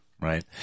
right